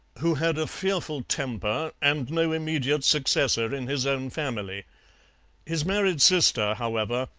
who had a fearful temper and no immediate successor in his own family his married sister, however,